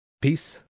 Peace